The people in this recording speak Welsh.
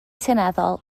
seneddol